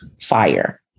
fire